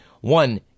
one